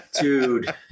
Dude